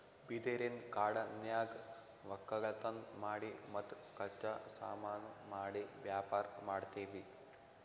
ಬಿದಿರಿನ್ ಕಾಡನ್ಯಾಗ್ ವಕ್ಕಲತನ್ ಮಾಡಿ ಮತ್ತ್ ಕಚ್ಚಾ ಸಾಮಾನು ಮಾಡಿ ವ್ಯಾಪಾರ್ ಮಾಡ್ತೀವಿ